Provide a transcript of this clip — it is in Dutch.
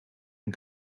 een